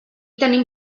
tenim